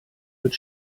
wird